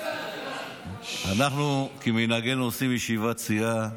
אנחנו כמנהגנו עושים ישיבת סיעה,